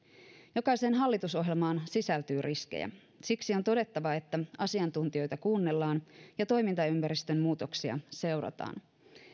jokaiseen hallitusohjelmaan sisältyy riskejä siksi on todettava että asiantuntijoita kuunnellaan ja toimintaympäristön muutoksia seurataan